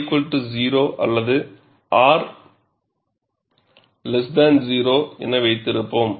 R 0 அல்லது R 0 என வைத்திருப்போம்